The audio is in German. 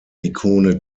ikone